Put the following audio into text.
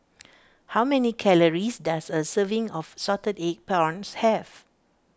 how many calories does a serving of Salted Egg Prawns have